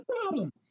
problem